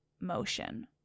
motion